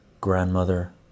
grandmother